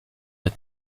but